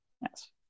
yes